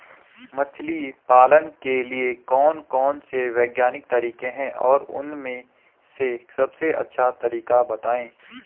मछली पालन के लिए कौन कौन से वैज्ञानिक तरीके हैं और उन में से सबसे अच्छा तरीका बतायें?